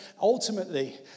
ultimately